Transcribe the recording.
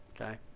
okay